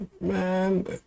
man